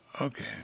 Okay